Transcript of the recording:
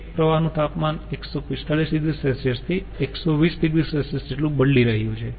એક પ્રવાહનું તાપમાન 145 oC થી 120 oC જેટલું બદલી રહ્યું છે